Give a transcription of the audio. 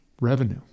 revenue